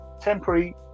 temporary